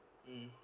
mm